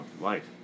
life